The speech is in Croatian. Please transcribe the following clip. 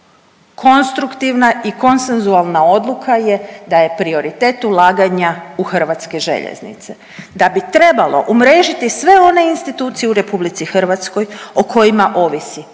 konstruktivna i konsenzualna odluka je da je prioritet ulaganja u Hrvatske željeznice, da bi trebalo umrežiti sve one institucije u Republici Hrvatskoj o kojima ovisi